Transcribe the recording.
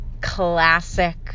classic